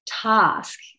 task